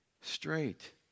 straight